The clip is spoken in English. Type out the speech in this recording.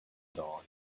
dawn